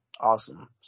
awesome